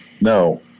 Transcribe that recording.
No